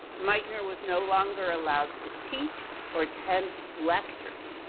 meitner was no longer allowed to teach, or attend lectures.